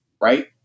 right